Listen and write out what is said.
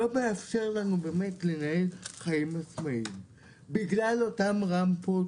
הקרון הנגיש לא מאפשר לנו באמת לנהל חיים עצמאיים בגלל אותן רמפות.